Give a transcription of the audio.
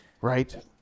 Right